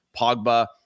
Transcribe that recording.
Pogba